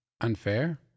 unfair